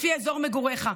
לפי אזור מגוריך.